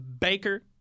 Baker